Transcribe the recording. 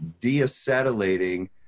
deacetylating